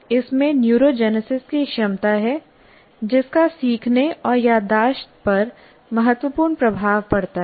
इसमें न्यूरोजेनेसिस की क्षमता है जिसका सीखने और याददाश्त पर महत्वपूर्ण प्रभाव पड़ता है